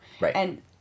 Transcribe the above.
Right